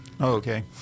Okay